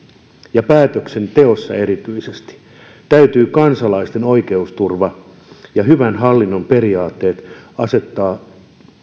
ja päätöksenteossa erityisesti täytyy kansalaisten oikeusturva ja hyvän hallinnon periaatteet asettaa